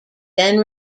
then